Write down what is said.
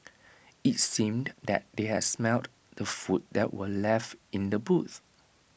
IT seemed that they had smelt the food that were left in the boot